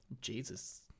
Jesus